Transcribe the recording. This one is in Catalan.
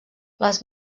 les